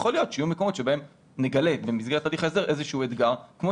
יכול להיות שיהיו מקומות בהם נגלה במסגרת הליך ההסדר איזשהו אתגר כמו